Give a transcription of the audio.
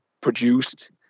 produced